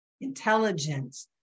intelligence